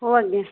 ହଉ ଆଜ୍ଞା